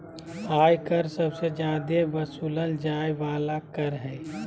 आय कर सबसे जादे वसूलल जाय वाला कर हय